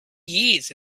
years